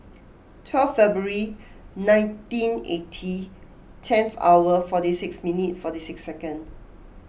twelve February nineteen eighty tenth hour forty six minutes forty six seconds